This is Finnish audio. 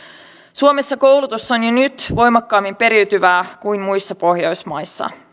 suomessa koulutus on jo nyt voimakkaammin periytyvää kuin muissa pohjoismaissa